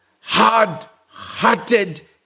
hard-hearted